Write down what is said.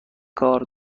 کار